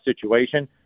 situation